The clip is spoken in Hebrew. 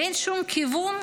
ואין שום כיוון,